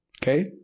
Okay